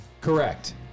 Correct